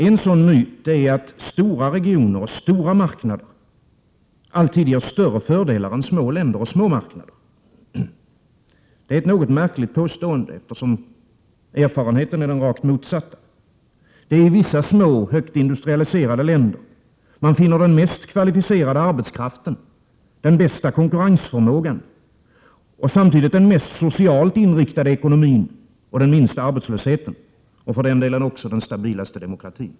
En sådan myt är att stora regioner och stora marknader alltid ger större fördelar än små länder och små marknader. Det är ett något märkligt påstående, eftersom erfarenheten är den rakt motsatta. Det är i vissa små, högt industrialiserade länder man finner den mest kvalificerade arbetskraften, den bästa konkurrensförmågan och samtidigt den mest socialt inriktade ekonomin och den minsta arbetslösheten — och för den delen också den stabilaste demokratin.